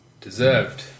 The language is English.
Deserved